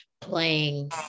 playing